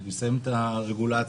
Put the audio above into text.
נסיים את הרגולציה,